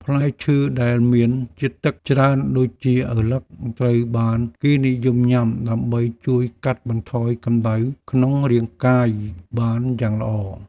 ផ្លែឈើដែលមានជាតិទឹកច្រើនដូចជាឪឡឹកត្រូវបានគេនិយមញ៉ាំដើម្បីជួយកាត់បន្ថយកម្តៅក្នុងរាងកាយបានយ៉ាងល្អ។